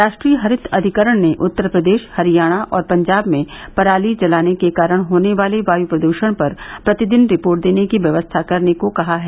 राष्ट्रीय हरित अधिकरण ने उत्तर प्रदेश हरियाणा और पंजाब में पराली जलाने के कारण होने वाले वायु प्रदूषण पर प्रतिदिन रिपोर्ट देने की व्यवस्था करने को कहा है